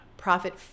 Profit